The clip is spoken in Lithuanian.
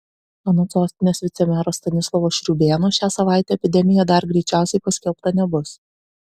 anot sostinės vicemero stanislovo šriūbėno šią savaitę epidemija dar greičiausiai paskelbta nebus